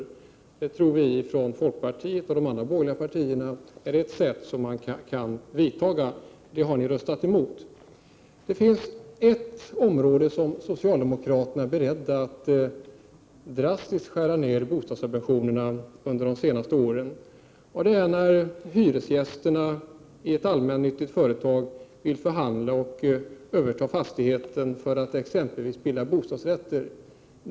Att införa avgifter för bostadsförmedling är en åtgärd som vi från folkpartiet och andra borgerliga partier tror på. Det förslaget har ni röstat emot. Det finns ett område där socialdemokraterna under de senaste åren har varit beredda att drastiskt skära ned på bostadssubventionerna. Det är när hyresgästerna i fastigheter ägda av allmännyttiga företag vill förhandla och överta fastigheter för att exempelvis bilda bostadsrätter.